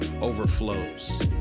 overflows